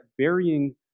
varying